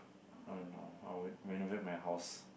oh no I would renovate my house